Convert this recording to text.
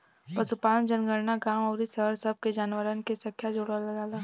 पशुपालन जनगणना गांव अउरी शहर सब के जानवरन के संख्या जोड़ल जाला